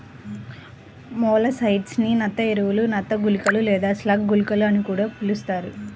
molluscicides ని నత్త ఎరలు, నత్త గుళికలు లేదా స్లగ్ గుళికలు అని కూడా పిలుస్తారు